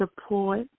Support